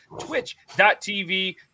twitch.tv